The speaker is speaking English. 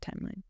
timeline